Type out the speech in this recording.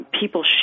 people